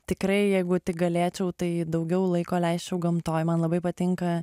tikrai jeigu tik galėčiau tai daugiau laiko leisčiau gamtoj man labai patinka